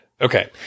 Okay